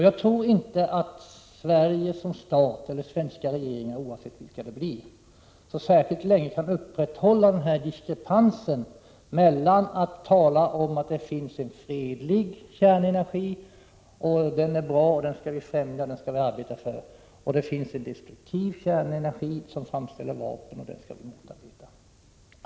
Jag tror inte att Sverige som stat eller svenska regeringar, oavsett vilka det blir, så särskilt länge kan upprätthålla denna diskrepans mellan å ena sidan en fredlig kärnenergi, som är bra och som vi skall främja och arbeta för, och å andra sidan en destruktiv kärnenergi som kan användas vid framställning av vapen och som vi skall motarbeta.